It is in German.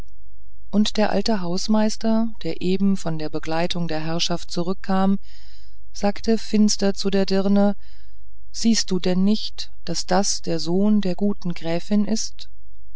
und der alte hausmeister der eben von der begleitung der herrschaft zurückkam sagte finster zu der dirne siehst du denn nicht daß das der sohn der guten gräfin ist